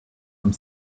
some